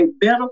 better